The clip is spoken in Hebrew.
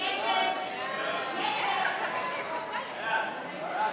ההצעה להסיר מסדר-היום